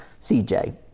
CJ